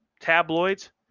tabloids